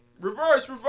Reverse